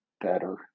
better